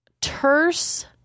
terse